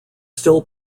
still